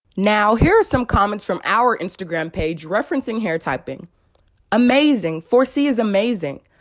now, here are some comments from our instagram page referencing hair typing amazing four c is amazing,